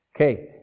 Okay